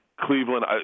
cleveland